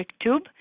tube